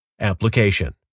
Application